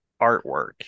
artwork